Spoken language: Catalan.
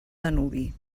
danubi